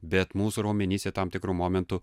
bet mūsų raumenyse tam tikru momentu